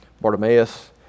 Bartimaeus